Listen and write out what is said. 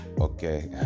Okay